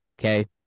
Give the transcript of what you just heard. Okay